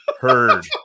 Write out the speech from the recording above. heard